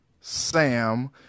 Sam